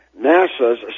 NASA's